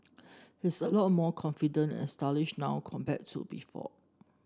he's a lot more confident and stylish now compared to before